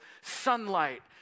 sunlight